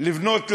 לבנות לגובה,